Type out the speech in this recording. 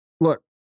look